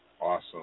Awesome